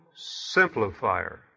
simplifier